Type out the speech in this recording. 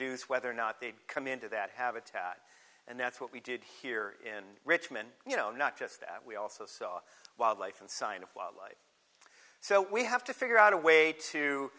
deduce whether or not they come into that have a tad and that's what we did here in richmond you know not just that we also saw wildlife and sign of wildlife so we have to figure out a way to